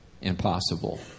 impossible